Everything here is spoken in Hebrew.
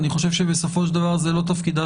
אני חושב שבסופו של דבר זה לא תפקידה